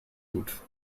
gut